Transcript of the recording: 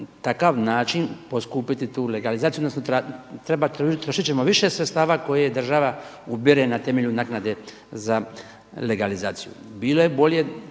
takav način poskupiti tu legalizaciju odnosno utrošit ćemo više sredstava koje država ubere na temelju naknade za legalizaciju.